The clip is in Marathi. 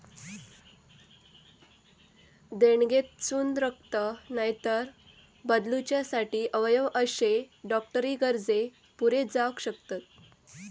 देणगेतसून रक्त, नायतर बदलूच्यासाठी अवयव अशे डॉक्टरी गरजे पुरे जावक शकतत